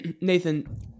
Nathan